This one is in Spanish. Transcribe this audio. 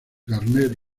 garner